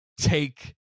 take